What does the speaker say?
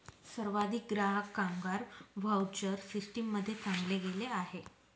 सर्वाधिक ग्राहक, कामगार व्हाउचर सिस्टीम मध्ये चालले गेले आहे